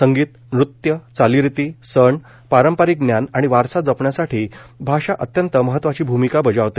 संगीत नृत्य चालीरिती सण पारंपारिक ज्ञान आणि वारसा जपण्यासाठी भाषा अत्यंत महत्वाची भूमिका बजावते